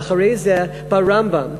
ואחרי זה בא הרמב"ם,